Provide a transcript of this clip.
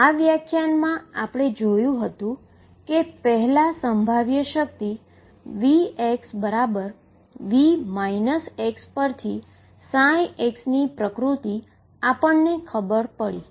આ વ્યાખ્યાન મા આપણે જોયું કે પહેલુ પોટેંશિઅલ માટે VxV x પરથી ψ ની પ્રકૃતિની ખબર પડે છે